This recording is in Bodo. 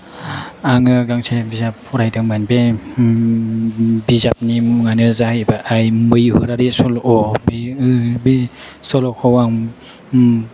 आङो गांसे बिजाब फरायदोंमोन बे बिजाबनि मुङानो जाहैबाय 'मैहुरारि सल' बे सल'खौ आं